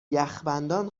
یخبندان